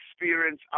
experience